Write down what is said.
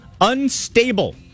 unstable